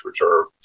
reserve